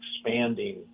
expanding